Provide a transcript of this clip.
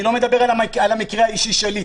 אני לא מדבר על המקרה האישי שלי,